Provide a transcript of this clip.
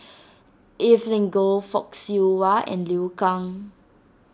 Evelyn Goh Fock Siew Wah and Liu Kang